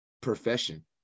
profession